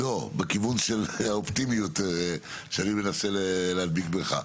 לא, בכיוון של האופטימיות שאני מנסה להדביק בך.